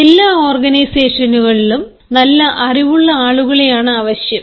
എല്ലാ ഓർഗനൈസേഷനുകളിലും നല്ല അറിവുള്ള ആളുകളെയാണ് ആവശ്യം